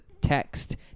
text